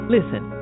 Listen